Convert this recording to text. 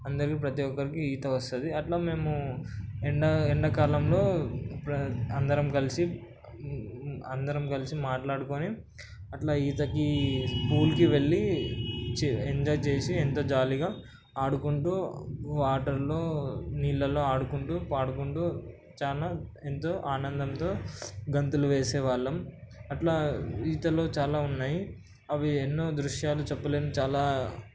అందరికీ ప్రతీ ఒక్కరికి ఈత వస్తుంది అట్లా మేము ఎండా ఎండాకాలంలో ఎప్పుడైనా అందరం కలిసి అందరం కలిసి మాట్లాడుకుని అట్లా ఈతకి పూల్కి వెళ్ళి ఎంజాయ్ చేసి ఎంతో జాలిగా ఆడుకుంటూ వాటర్లో నీళ్ళలో ఆడుకుంటూ పాడుకుంటూ చాలా ఎంతో ఆనందంతో గంతులు వేసేవాళ్ళము అట్లా ఈతలో చాలా ఉన్నాయి అవి ఎన్నో దృశ్యాలు చెప్పలేము చాలా